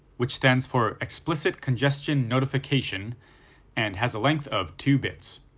which stands for explicit congestion notification and has a length of two bits.